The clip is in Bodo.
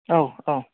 औ औ